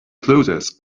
closes